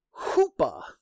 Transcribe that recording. Hoopa